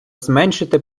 зменшити